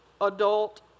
adult